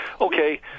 Okay